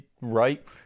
Right